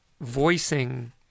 voicing